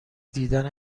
دیدن